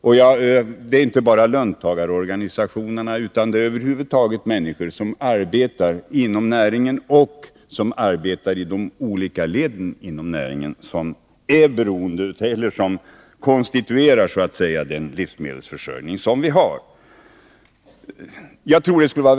Det gäller inte bara löntagarorganisationerna utan över huvud taget människor som arbetar inom näringen och som arbetar i de olika leden inom näringen, som konstituerar den livsmedelsförsörjning som vi har.